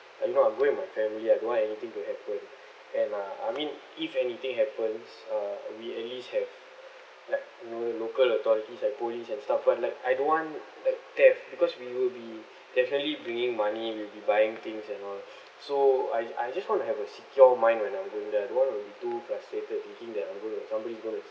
I know I'm going with my family I don't want anything to happen and ah I mean if anything happens uh we at least have like you know the local authorities like police and staff but like I don't want like theft because we will be definitely bringing money we'll be buying things and all so I I just want to have a secure mind when I'm going there I don't want to be too frustrated thinking that I'm going to somebody's going to